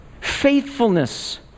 Faithfulness